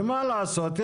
ומה לעשות,